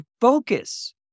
focus